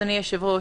אדוני היושב-ראש,